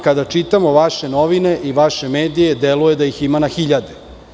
Kada čitamo vaše novine i vaše medije deluje da ih ima na hiljade.